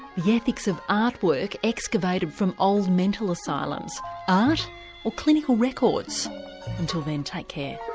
yeah ethics of artwork excavated from old mental asylums art or clinical records until then, take care